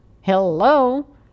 Hello